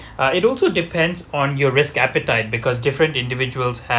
uh it also depends on your risk appetite because different individuals